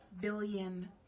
billion